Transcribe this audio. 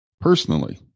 personally